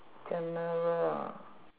general ah